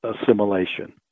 assimilation